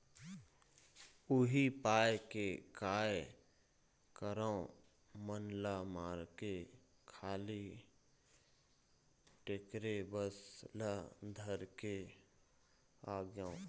उही पाय के काय करँव मन ल मारके खाली टेक्टरे बस ल धर के आगेंव